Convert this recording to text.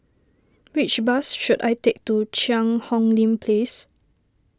which bus should I take to Cheang Hong Lim Place